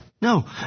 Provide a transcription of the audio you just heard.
No